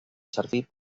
servir